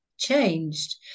changed